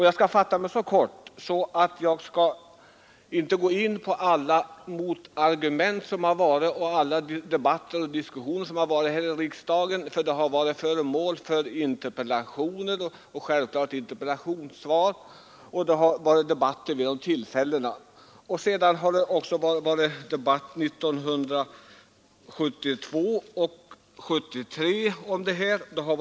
Jag skall inte gå in på alla argument mot Allmänna förlaget som framförts och inte heller på alla de debatter som förekommit i riksdagen, bl.a. vid besvarandet av interpellationer. Frågan har debatterats även vid 1972 och 1973 års riksdagar.